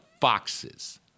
foxes